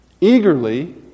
eagerly